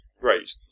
great